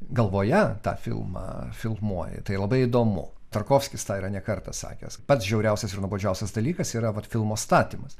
galvoje tą filmą filmuoji tai labai įdomu tarkovskis tą yra ne kartą sakęs pats žiauriausias ir nuobodžiausias dalykas yra vat filmo statymas